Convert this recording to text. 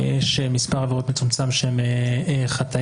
יש מספר עבירות מצומצם שהן חטאים.